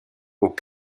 aux